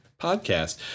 podcast